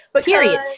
Period